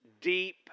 deep